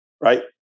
Right